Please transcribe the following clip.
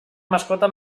mascota